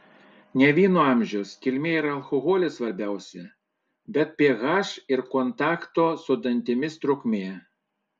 ne vyno amžius kilmė ar alkoholis svarbiausia bet ph ir kontakto su dantimis trukmė